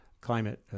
climate